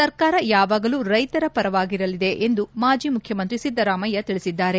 ಸರ್ಕಾರ ಯಾವಾಗಲೂ ರೈತರ ಪರವಾಗಿರಲಿದೆ ಎಂದು ಮಾಜಿ ಮುಖ್ಯಮಂತ್ರಿ ಸಿದ್ದರಾಮಯ್ಯ ತಿಳಿಸಿದ್ದಾರೆ